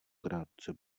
krátce